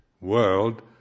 world